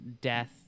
death